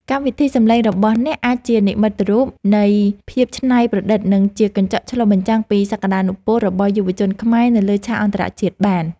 កម្មវិធីសំឡេងរបស់អ្នកអាចជានិមិត្តរូបនៃភាពច្នៃប្រឌិត និងជាកញ្ចក់ឆ្លុះបញ្ចាំងពីសក្តានុពលរបស់យុវជនខ្មែរនៅលើឆាកអន្តរជាតិបាន។